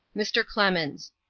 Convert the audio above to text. mr. clemens.